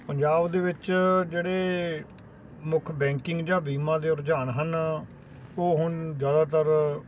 ਪੰਜਾਬ ਦੇ ਵਿੱਚ ਜਿਹੜੇ ਮੁੱਖ ਬੈਂਕਿੰਗ ਜਾਂ ਬੀਮਾ ਦੇ ਰੁਝਾਨ ਹਨ ਉਹ ਹੁਣ ਜ਼ਿਆਦਾਤਰ